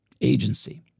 Agency